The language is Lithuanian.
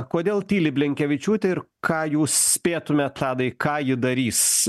kodėl tyli blinkevičiūtė ir ką jūs spėtumėt tadai ką ji darys